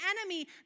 enemy